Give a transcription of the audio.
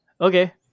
Okay